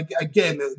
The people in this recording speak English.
again